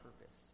purpose